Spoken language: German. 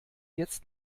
jetzt